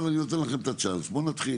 אבל אני נותן לכם את הצ'אנס, בואו נתחיל.